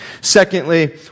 Secondly